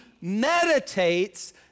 meditates